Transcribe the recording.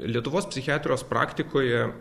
lietuvos psichiatrijos praktikoje